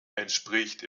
entspricht